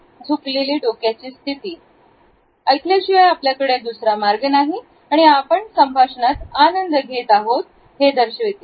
हलकेच झुकलेले डोक्याची स्थिती ऐकल्याशिवाय आपल्याकडे दुसरा मार्ग नाही आपण संभाषणात आनंद घेत आहोत हे दर्शविते